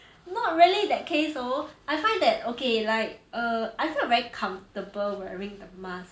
not really that case though I find that okay like err I felt very comfortable wearing the mask